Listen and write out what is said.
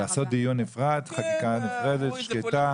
לעשות דיון נפרד, חקיקה נפרדת, שקטה אחרי התקציב.